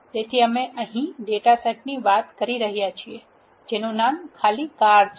તેથી અમે અહી ડેટા સેટ ની વાત કરી રહ્યા છીએ જેનુ નામ ખાલી કાર છે